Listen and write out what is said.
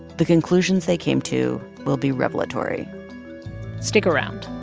the conclusions they came to will be revelatory stick around